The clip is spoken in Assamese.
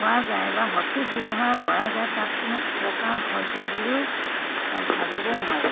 খোৱা যায় বা সঠিক ব্যৱহাৰ কৰা যায় তাত কোনো অপকাৰ হৈছে বুলিও ভাবিব নোৱাৰি